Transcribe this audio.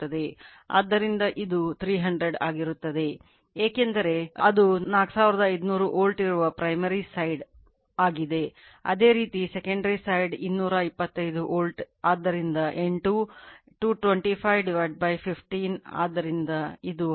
ಆದ್ದರಿಂದ ಇದು 300 ಆಗಿರುತ್ತದೆ ಏಕೆಂದರೆ ಅದು 4500 ವೋಲ್ಟ್ ಇರುವ primary side 2 25 ವೋಲ್ಟ್ ಆದ್ದರಿಂದ N2 22515 ಆದ್ದರಿಂದ ಇದು 15 N 2 15 ಆಗಿದೆ